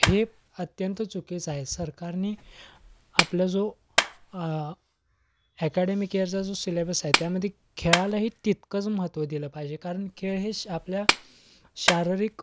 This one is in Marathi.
हे अत्यंत चुकीचं आहे सरकारने आपला जो अकॅडेमिक इयरचा जो सिलेबस आहे त्यामध्ये खेळालाही तितकंच महत्त्व दिलं पाहिजे कारण खेळ हे श आपल्या शारीरिक